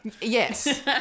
Yes